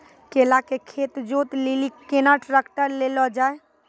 केला के खेत जोत लिली केना ट्रैक्टर ले लो जा?